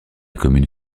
commune